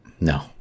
no